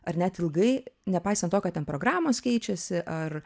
ar net ilgai nepaisant to kad ten programos keičiasi ar